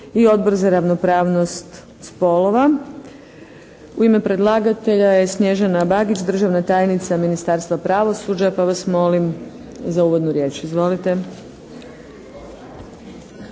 i Odbor za ravnopravnost spolova. U ime predlagatelja je Snježana Bagić, državna tajnica Ministarstva pravosuđa pa vas molim za uvodnu riječ. Izvolite.